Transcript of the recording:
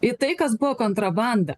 į tai kas buvo kontrabanda